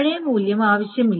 പഴയ മൂല്യം ആവശ്യമില്ല